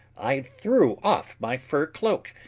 i threw off my fur cloak,